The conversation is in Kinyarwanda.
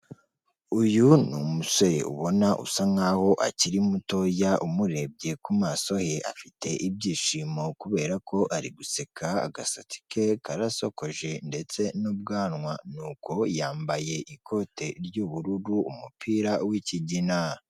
Uyu ni umusore ubona usa nk'aho akiri mutoya umurebye ku maso he, afite ibyishimo kubera ko ari guseka, agasatsi ke karasokoje ndetse n'ubwanwa ni uko, yambaye ikote ry'ubururu umupira w'ikigina.